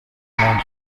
مان